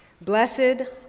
Blessed